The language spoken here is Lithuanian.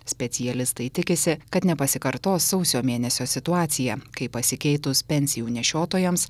specialistai tikisi kad nepasikartos sausio mėnesio situacija kai pasikeitus pensijų nešiotojams